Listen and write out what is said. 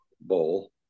bowl